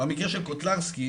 במקרה של קוטלנסקי,